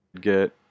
get